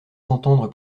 s’entendre